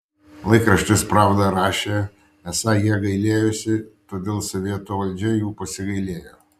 laikraštis pravda rašė esą jie gailėjosi todėl sovietų valdžia jų pasigailėjo